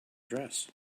dress